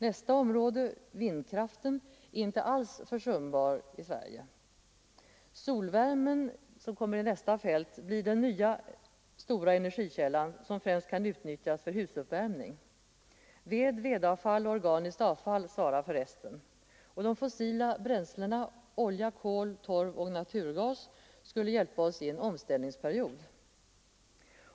Nästa område visar vindkraften, som inte alls är försumbar i Sverige. Solvärme blir den nya stora energikällan som främst kan utnyttjas för husuppvärmning. Ved, vedavfall och organiskt avfall svarar för resten. De fossila bränslena — olja, kol, torv och naturgas — skulle hjälpa oss i en omställningsperiod.